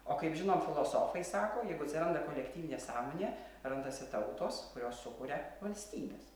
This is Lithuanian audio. o kaip žinom filosofai sako jeigu atsiranda kolektyvinė sąmonė randasi tautos kurios sukuria valstybės